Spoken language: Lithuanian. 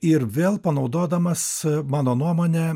ir vėl panaudodamas mano nuomone